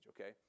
okay